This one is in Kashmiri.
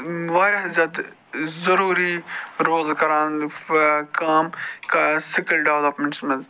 واریاہ زیادٕ ضٔروٗری رول کَران کٲم کا سِکِل ڈٮ۪ولَپمٮ۪نٛٹَس مَنٛز